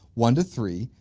one to three,